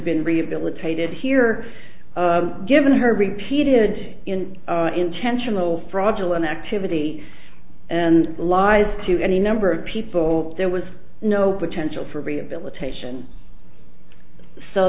been rehabilitated here given her repeated intentional fraudulent activity and lies to any number of people there was no potential for rehabilitation so